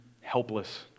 helpless